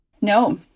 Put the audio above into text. No